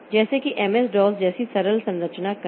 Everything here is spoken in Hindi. जैसे कि MS DOS जैसी सरल संरचना कहें